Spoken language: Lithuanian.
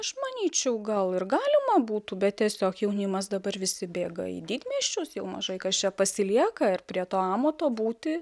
aš manyčiau gal ir galima būtų bet tiesiog jaunimas dabar visi bėga į didmiesčius jau mažai kas čia pasilieka ir prie to amato būti